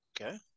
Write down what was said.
Okay